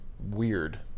Weird